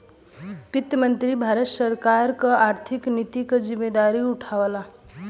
वित्त मंत्री भारत सरकार क आर्थिक नीति क जिम्मेदारी उठावला